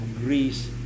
Greece